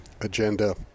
agenda